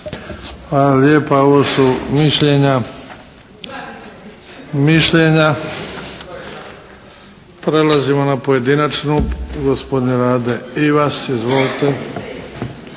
Hvala lijepa. Ovo su mišljenja. Prelazimo na pojedinačnu. Gospodin Rade Ivas. Izvolite!